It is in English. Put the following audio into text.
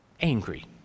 angry